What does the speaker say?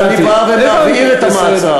אז אני בא ומבהיר את המעצר.